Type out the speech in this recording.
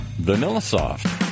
VanillaSoft